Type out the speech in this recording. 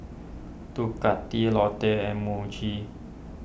Ducati Lotte and Muji